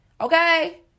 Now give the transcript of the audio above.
okay